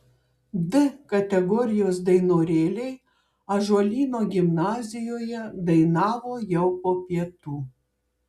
d kategorijos dainorėliai ąžuolyno gimnazijoje dainavo jau po pietų